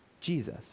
Jesus